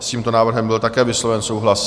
S tímto návrhem byl také vysloven souhlas.